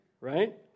right